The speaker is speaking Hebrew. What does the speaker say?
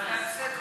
היה בסדר.